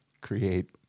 create